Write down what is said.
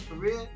career